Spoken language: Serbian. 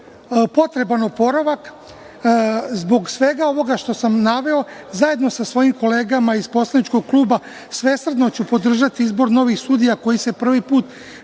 potreban oporavak, zbog svega ovoga što sam naveo, zajedno sa svojim kolegama iz poslaničkog kluba svesrdno ću podržati izbor novih sudija koji se prvi put